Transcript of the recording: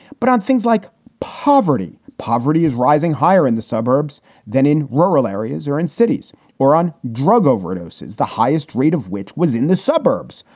but on things like poverty. poverty is rising higher in the suburbs than in rural areas or in cities or on drug overdoses, the highest rate of which was in the suburbs,